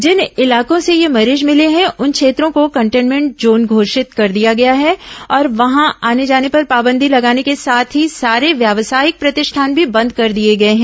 जिन इलाकों से ये मरीज मिले हैं उन क्षेत्रों को कंटेन्मेंट जोन घोषित कर दिया गया है और वहां आने जाने पर पाबंदी लगाने के साथ ही सारे व्यावसायिक प्रतिष्ठान भी बंद कर दिए गए हैं